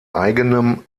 eigenem